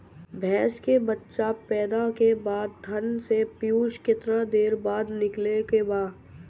भैंस के बच्चा पैदा के बाद थन से पियूष कितना देर बाद निकले के बा?